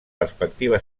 perspectiva